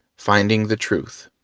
finding the truth.